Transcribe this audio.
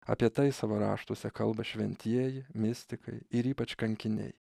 apie tai savo raštuose kalba šventieji mistikai ir ypač kankiniai